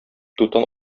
дутан